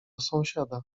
sąsiada